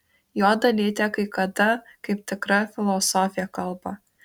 jo dalytė kai kada kaip tikra filosofė kalba